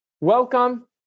Welcome